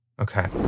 okay